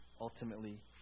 ultimately